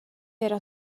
era